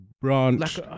branch